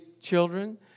children